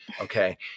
Okay